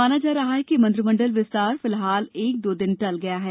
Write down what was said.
माना जा रहा है कि मंत्रिमंडल विस्तार फिलहाल एक दो दिन टल गया है